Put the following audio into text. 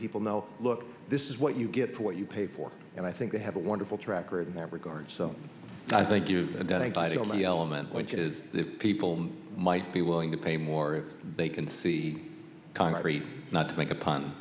people know look this is what you get for what you pay for and i think we have a wonderful tracker in that regard so i think you've identified on the element which is that people might be willing to pay more if they can see not to make